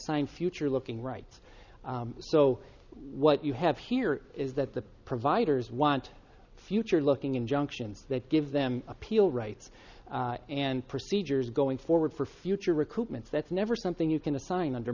assign future looking rights so what you have here is that the providers want future looking injunctions that give them appeal rights and procedures going forward for future recruitments that's never something you can assign under